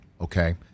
okay